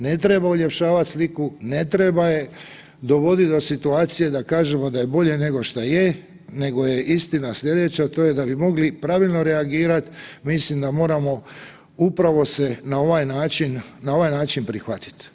Ne treba uljepšavat sliku, ne treba je dovoditi do situacije da kažemo da je bolje nego šta je nego je istina sljedeća, a to je da bi mogli pravilno reagirati mislim da moramo upravo se na ovaj način prihvatiti.